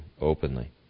openly